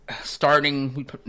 starting